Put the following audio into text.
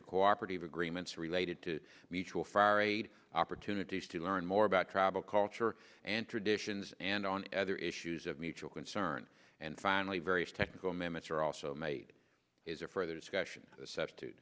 a cooperative agreements related to mutual foreign aid opportunities to learn more about travel culture and traditions and on other issues of mutual concern and finally various technical amendments are also made is a further discussion